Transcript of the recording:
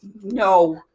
No